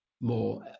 more